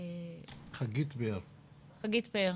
בבקשה.